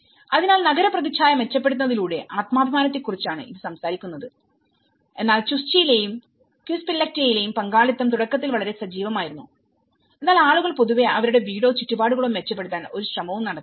അതിനാൽനഗര പ്രതിച്ഛായ മെച്ചപ്പെടുത്തുന്നതിലൂടെ ആത്മാഭിമാനത്തെക്കുറിച്ചാണ് ഇത് സംസാരിക്കുന്നത്എന്നാൽ ചുസ്ചിയിലും ക്വിസ്പില്ലക്റ്റയിലുംപങ്കാളിത്തം തുടക്കത്തിൽ വളരെ സജീവമായിരുന്നു എന്നാൽ ആളുകൾ പൊതുവെ അവരുടെ വീടോ ചുറ്റുപാടുകളോ മെച്ചപ്പെടുത്താൻ ഒരു ശ്രമവും നടത്തുന്നില്ല